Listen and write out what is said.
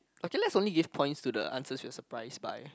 okay let's only give points to the answer you are surprised by